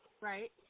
Right